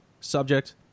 subject